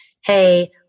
hey